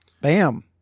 Bam